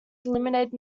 eliminated